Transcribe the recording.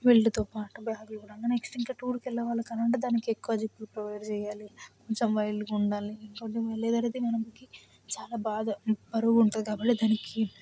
వీటితో పాటు బ్యాగులు కూడా ఉంది నెక్స్ట్ ఇంకా టుర్లుకి వెళ్ళేవాళ్ళు కానివ్వండి దానికి ఇంకా ఎక్కువ జిప్లు ప్రొవైడ్ చేయాలి కొంచెం వైల్డ్గా ఉండాలి కొంచెం వెళ్ళేదా లేదంటే మనం చాలా బాధ బరువు ఉంటుంది కాబట్టి దానికి